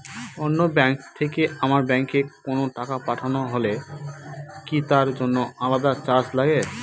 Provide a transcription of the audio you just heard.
অন্য ব্যাংক থেকে আমার ব্যাংকে কোনো টাকা পাঠানো হলে কি তার জন্য আলাদা চার্জ লাগে?